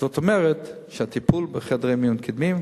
זאת אומרת שהטיפול בחדרי מיון קדמיים,